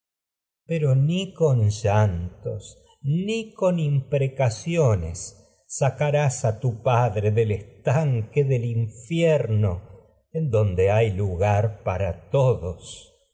pero ni con llantos ni con imprecaciones saelectra carás a tu padre del estanque del infierno sino que llorando más vas en donde hay lo de lugar para todos